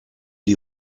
die